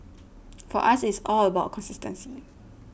for us it's all about consistency